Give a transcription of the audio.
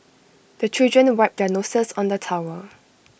the children wipe their noses on the towel